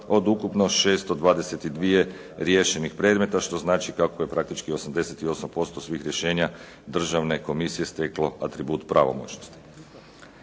od ukupno 622 riješenih predmeta što znači kako je praktički 88% svih rješenja Državne komisije steklo atribut pravomoćnosti.